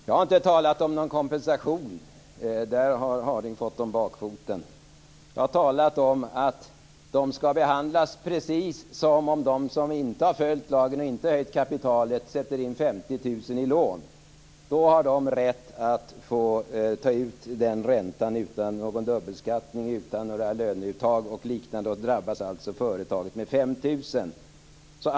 Herr talman! Jag har inte talat om någon kompensation. Det har Harding Olson fått om bakfoten. Jag har talat om att företagen skall behandlas precis som de företag som inte har följt lagen, som inte höjt kapitalet och som sätter in 50 000 i lån. Dessa företag har rätt att ta ut räntan utan dubbelbeskattning, utan löneuttag och liknande. Företaget drabbas med 5 000.